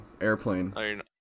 airplane